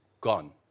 gone